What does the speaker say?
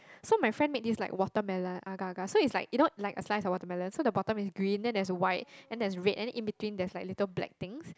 so my friend make this like watermelon agar-agar so is like you know like a slice of watermelon so the bottom is green then there is a white and there is a red and then in between there is like little black things